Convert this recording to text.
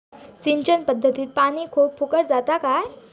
सिंचन पध्दतीत पानी खूप फुकट जाता काय?